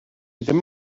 ddim